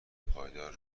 پایدار